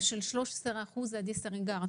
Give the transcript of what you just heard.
ה-13% דיסריגרד.